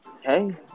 hey